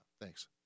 Thanks